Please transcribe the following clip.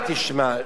תשמע,